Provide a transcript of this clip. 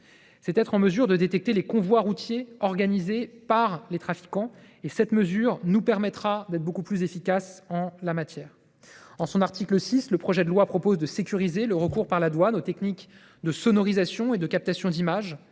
être capables de détecter les convois routiers organisés par les trafiquants. Cette mesure nous permettra d’être bien plus efficaces à cet égard. L’article 6 du projet de loi vise à sécuriser le recours par la douane aux techniques de sonorisation et de captation d’image,